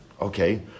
Okay